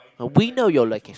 we know your location